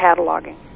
cataloging